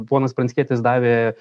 ponas pranckietis davė